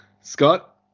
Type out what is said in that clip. Scott